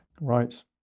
Right